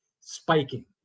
spiking